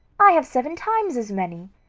i have seven times as many.